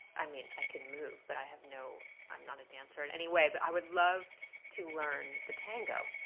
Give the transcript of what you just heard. i mean, i can move but i have no i'm not a dancer and anyway but i would love to learn the tango.